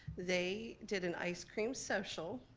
they did an ice cream social